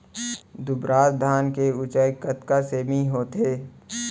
दुबराज धान के ऊँचाई कतका सेमी होथे?